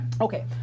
Okay